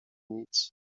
nic